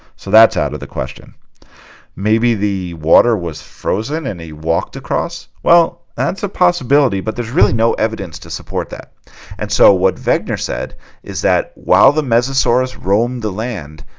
so that's out of the question maybe the water was frozen and he walked across well that's a possibility, but there's really no evidence to support that and so what vector said is that while the meza source roamed the land?